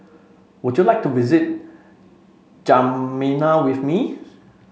would you like to visit N'Djamena with me